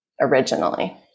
originally